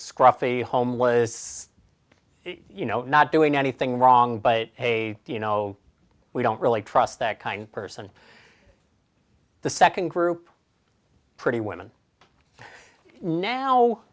scruffy home was you know not doing anything wrong but a you know we don't really trust that kind of person the second group pretty women now